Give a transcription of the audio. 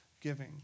giving